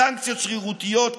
סנקציות שרירותיות,